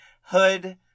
hood